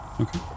Okay